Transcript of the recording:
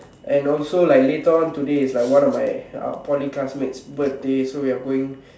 and also like later on today is like one of my uh Poly classmate's birthday so we are going